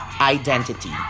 identity